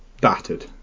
battered